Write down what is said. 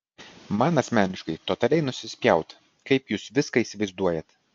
man asmeniškai totaliai nusispjaut kaip jūs viską įsivaizduojat